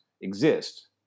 exist